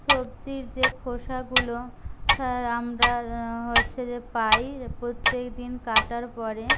সবজির যে খোসাগুলো থাতা তা আমরা হচ্ছে যে পায়ই প্রত্যেক দিন কাটার পরে